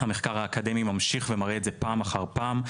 המחקר האקדמי ממשיך ומראה את זה פעם אחר פעם.